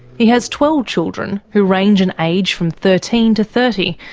he has twelve children who range in age from thirteen to thirty,